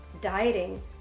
dieting